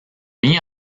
mit